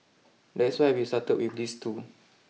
that's why we started with these two